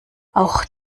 auch